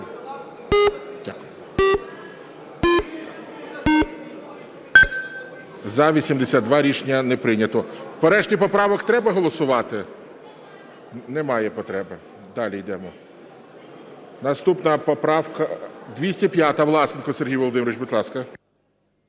За-82 Рішення не прийнято. По решті поправок треба голосувати? Немає потреби. Далі йдемо. Наступна поправка 205. Власенко Сергій Володимирович, будь ласка.